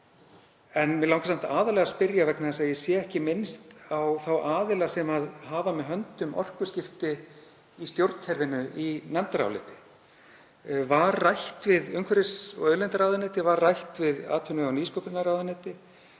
Mig langar samt aðallega að spyrja vegna þess að ég sé ekki minnst á þá aðila sem hafa með höndum orkuskipti í stjórnkerfinu í nefndaráliti: Var rætt við umhverfis- og auðlindaráðuneytið, var rætt við atvinnuvega- og nýsköpunarráðuneytið,